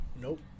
Nope